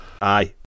Aye